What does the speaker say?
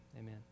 Amen